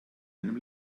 einem